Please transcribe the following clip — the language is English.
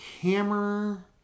hammer